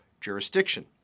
jurisdiction